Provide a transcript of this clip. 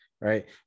Right